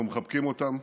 אנחנו מחבקים אותם,